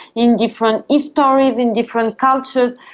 in different histories, in different cultures.